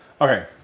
Okay